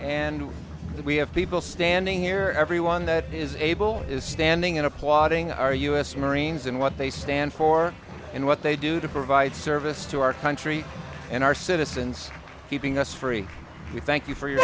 and we have people standing here everyone that is able is standing in applauding our u s marines and what they stand for and what they do to provide service to our country and our citizens keeping us free we thank you for your